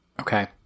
Okay